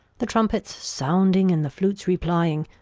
the trumpets sounding, and the flutes replying.